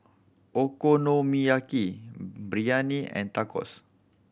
Okonomiyaki Biryani and Tacos